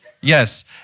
Yes